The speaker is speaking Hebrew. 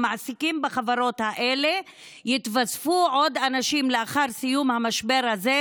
מעסיקים בחברות האלה יתווספו עוד אנשים לשוק האבטלה לאחר סיום המשבר הזה,